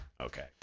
Okay